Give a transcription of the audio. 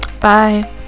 Bye